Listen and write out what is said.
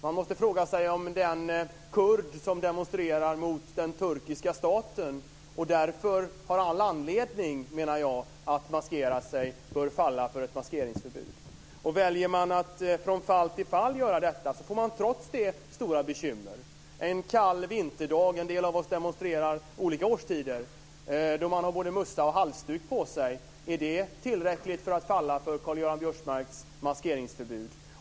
Man måste fråga sig om den kurd som demonstrerar mot den turkiska staten och därför, enligt min mening, har all anledning att maskera sig, bör drabbas av ett maskeringsförbud. Väljer man att utfärda förbud från fall till fall får man likafullt stora bekymmer. En del av oss demonstrerar olika årstider. Om man en kall vinterdag har både mössa och halsduk på sig - är det tillräckligt för att falla under Karl-Göran Biörsmarks maskeringsförbud?